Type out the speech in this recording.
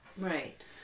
Right